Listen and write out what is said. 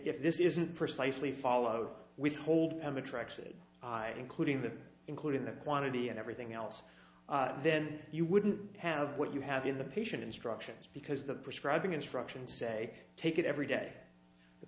this isn't precisely followed withhold and the tracks it including the including the quantity and everything else then you wouldn't have what you have in the patient instructions because the prescribing instructions say take it every day the